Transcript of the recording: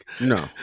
No